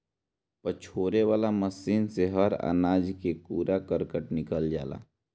पछोरे वाला मशीन से हर अनाज कअ कूड़ा करकट निकल जाला